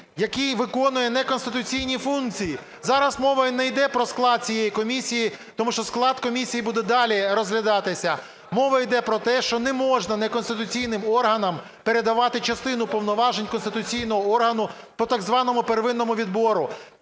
який виконує неконституційні функції. Зараз мова не йде про склад цієї комісії, тому що склад комісії буде далі розглядатися. Мова йде про те, що не можна неконституційним органам передавати частину повноважень конституційного органу по так званому первинному відбору.